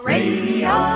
Radio